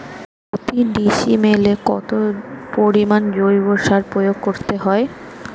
প্রতি ডিসিমেলে কত পরিমাণ জৈব সার প্রয়োগ করতে হয়?